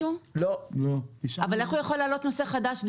איך הוא יכול להעלות נושא חדש?